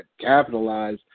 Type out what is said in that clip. capitalize